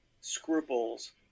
scruples